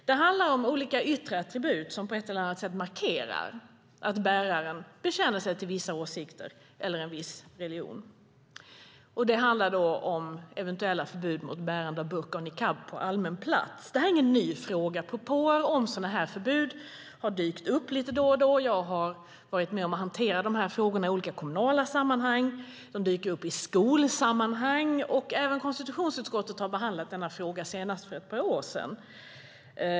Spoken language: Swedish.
Det handlar om olika yttre attribut som på ett eller annat sätt markerar att bäraren bekänner sig till vissa åsikter eller en viss religion. Det gäller då eventuella förbud mot bärande av burka och niqab på allmän plats. Frågan är inte ny. Propåer om sådana här förbud har dykt upp lite då och då. Jag har i olika kommunala sammanhang varit med om att hantera sådana här frågor. De dyker upp i skolsammanhang. Även konstitutionsutskottet har behandlat frågan, senast för ett par år sedan.